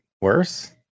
worse